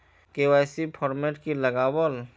KYC format की लगावल?